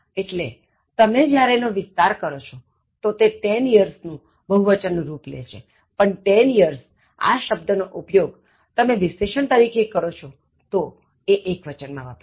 એટલેતમે જ્યારે એનો વિસ્તાર કરો છો તો તે ten years નું બહુવચનનું રુપ લે છેપણ ten years આ શબ્દનો ઉપયોગ તમે વિશેષણ તરીકે કરો છોતો એ એક્વચન માં વપરાશે